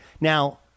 now